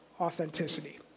authenticity